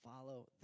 Follow